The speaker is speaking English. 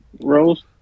Rose